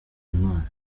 umwana